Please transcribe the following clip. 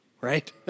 right